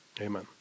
amen